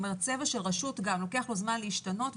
לצבע של רשות לוקח זמן להשתנות,